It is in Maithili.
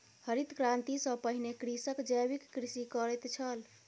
हरित क्रांति सॅ पहिने कृषक जैविक कृषि करैत छल